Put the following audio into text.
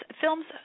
films